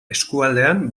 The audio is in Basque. eskualdean